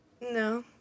No